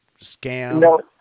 scam